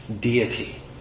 deity